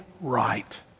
right